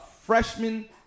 freshman